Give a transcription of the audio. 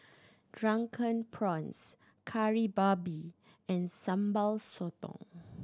Drunken Prawns Kari Babi and Sambal Sotong